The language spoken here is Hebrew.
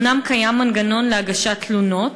אומנם קיים מנגנון להגשת תלונות,